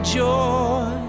joy